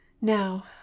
Now